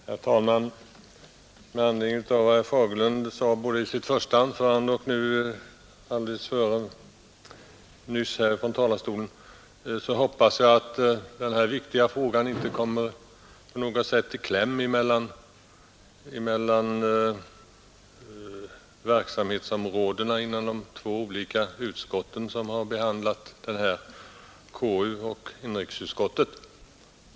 Herr talman! Med anledning av vad herr Fagerlund sade här från talarstolen, både i sitt första anförande och alldeles nyss, hoppas jag att den här viktiga frågan inte på något sätt kommer i kläm mellan verksamhetsområdena för de två olika utskotten, konstitutionsutskottet och inrikesutskottet.